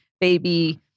baby